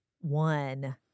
one